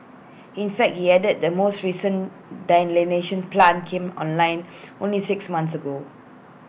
in fact he added the most recent desalination plant came online only six months ago